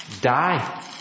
die